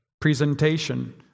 presentation